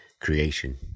creation